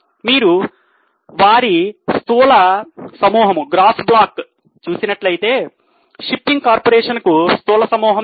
మీరు వారి స్థూల సమూహము చూసినట్లయితే షిప్పింగ్ కార్పొరేషన్ కు స్థూల సమూహం ఎక్కువ